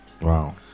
Wow